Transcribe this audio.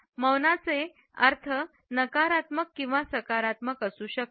मौनाचे अर्थ नकारात्मक किंवा सकारात्मक असू शकतात